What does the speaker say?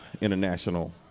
International